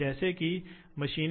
जैसे शक्ति